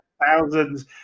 thousands